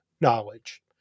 knowledge